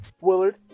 Willard